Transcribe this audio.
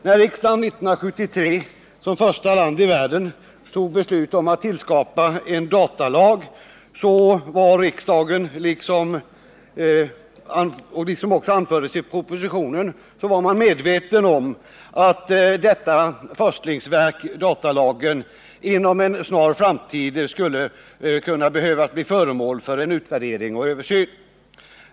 När Sverige 1973, som första land i världen, fattade beslut om att skapa en datalag var riksdagen — och det anfördes också i propositionen — medveten om att detta förstlingsverk inom en snar framtid kunde behöva bli föremål för en utvärdering och en översyn.